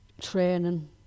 training